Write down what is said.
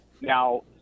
now